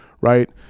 right